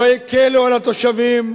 לא הקלו על התושבים,